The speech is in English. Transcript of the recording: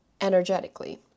energetically